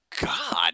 God